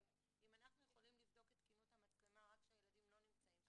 אם אנחנו יכולים לבדוק את תקינות המצלמה רק כשהילדים לא נמצאים שם,